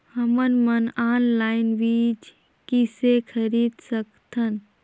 हमन मन ऑनलाइन बीज किसे खरीद सकथन?